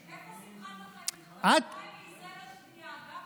איפה מבחן, בישראל השנייה, את